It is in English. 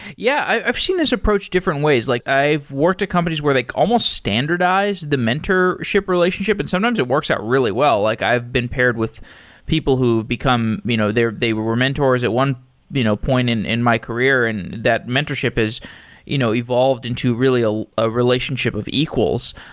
yeah, i've seen this approach different ways. like i've worked at companies where they almost standardize the mentorship relationship, and sometimes it works out really well. like i've been paired with people who become you know they were mentors at one you know point in in my career and that mentorship has you know evolved into a ah ah relationship of equals,